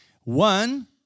One